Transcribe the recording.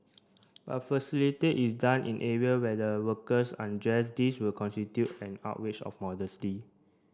but it done in area where the workers undresses this would constitute an outrage of modesty